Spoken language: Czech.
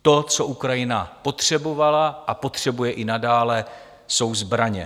To, co Ukrajina potřebovala a potřebuje i nadále, jsou zbraně.